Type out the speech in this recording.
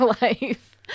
life